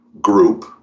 group